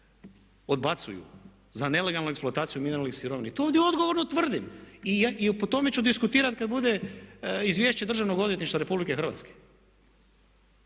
odbacuju za nelegalnu eksploataciju mineralnih sirovina i to ovdje odgovorno tvrdim i po tome ću diskutirati kad bude izvješće Državnog odvjetništva RH. Dakle